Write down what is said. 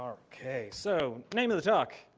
um okay so, name of the talk,